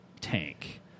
tank